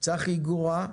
צחי גורה.